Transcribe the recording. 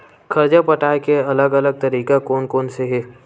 कर्जा पटाये के अलग अलग तरीका कोन कोन से हे?